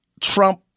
Trump